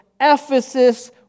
Ephesus